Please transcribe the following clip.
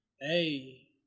Hey